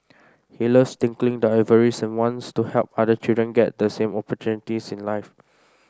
he loves tinkling the ivories and wants to help other children get the same opportunities in life